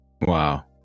Wow